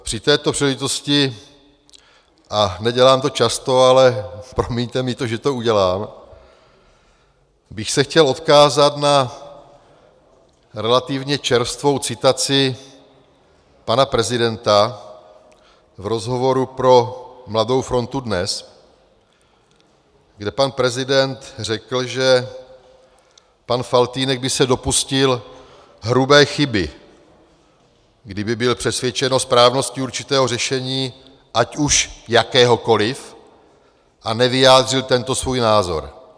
Při této příležitosti a nedělám to často, ale promiňte mi to, že to udělám bych se chtěl odkázat na relativně čerstvou citaci pana prezidenta v rozhovoru pro Mladou frontu Dnes, kde pan prezident řekl, že pan Faltýnek by se dopustil hrubé chyby, kdyby byl přesvědčen o správnosti určitého řešení, ať už jakéhokoliv, a nevyjádřil tento svůj názor.